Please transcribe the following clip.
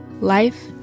Life